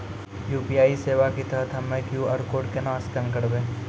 UPI सेवा के तहत हम्मय क्यू.आर कोड केना स्कैन करबै?